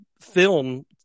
film